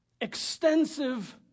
extensive